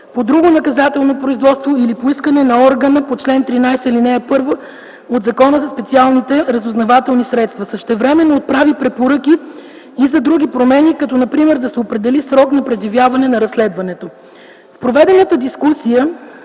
по друго наказателно производство или по искане на органа по чл. 13, ал. 1 от Закона за специалните разузнавателни средства. Същевременно отправи препоръки и за други промени, като например да се определи срок за предявяване на разследването. В проведената дискусия